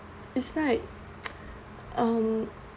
it's like um